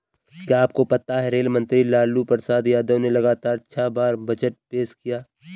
क्या आपको पता है रेल मंत्री लालू प्रसाद यादव ने लगातार छह बार बजट पेश किया?